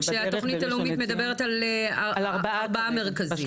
כשהתוכנית הלאומית מדברת על ארבעה מרכזים?